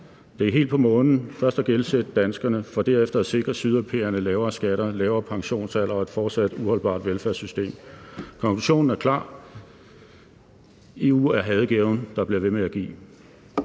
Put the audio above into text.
Det er helt på månen først at gældsætte danskerne for derefter at sikre sydeuropæerne lavere skatter, en lavere pensionsalder og et fortsat uholdbart velfærdssystem. Konklusionen er klar: EU er hadegaven, der bliver ved med at give.